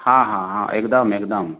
हँ हँ हँ एकदम एकदम